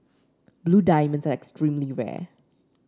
blue diamonds are extremely rare